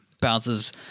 bounces